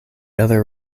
other